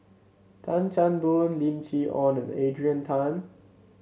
Tan Chan Boon Lim Chee Onn and Adrian Tan